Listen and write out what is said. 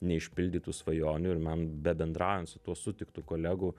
neišpildytų svajonių ir man bebendraujant su tuo sutiktu kolegu